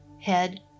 head